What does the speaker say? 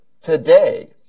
today